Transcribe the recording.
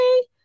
Hey